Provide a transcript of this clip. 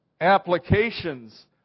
applications